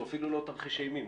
שהוא אפילו לא תרחיש אימים,